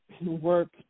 work